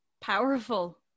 powerful